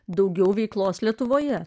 daugiau veiklos lietuvoje